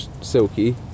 silky